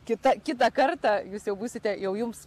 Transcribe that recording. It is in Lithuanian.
kita kitą kartą jūs jau būsite jau jums